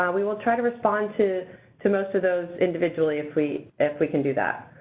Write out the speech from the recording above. um we will try to respond to to most of those individually if we if we can do that.